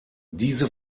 diese